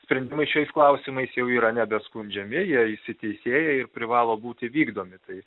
sprendimai šiais klausimais jau yra nebeskundžiami jie įsiteisėja ir privalo būti vykdomi tai